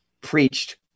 preached